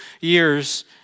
years